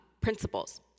principles